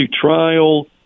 trial